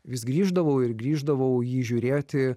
vis grįždavau ir grįždavau jį žiūrėti